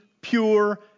pure